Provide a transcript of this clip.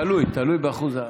תלוי, תלוי באחוז.